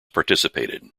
participated